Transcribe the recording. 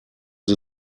sie